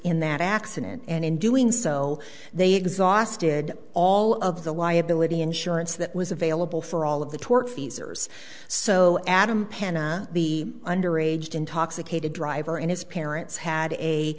in that accident and in doing so they exhausted all of the liability insurance that was available for all of the tortfeasor so adam pena the under aged intoxicated driver and his parents